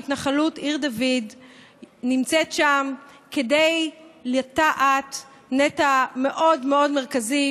שהתנחלות עיר דוד נמצאת שם כדי לטעת נטע מאוד מאוד מרכזי